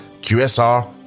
QSR